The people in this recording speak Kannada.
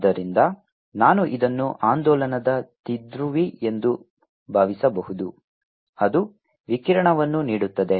ಆದ್ದರಿಂದ ನಾನು ಇದನ್ನು ಆಂದೋಲನದ ದ್ವಿಧ್ರುವಿ ಎಂದು ಭಾವಿಸಬಹುದು ಅದು ವಿಕಿರಣವನ್ನು ನೀಡುತ್ತದೆ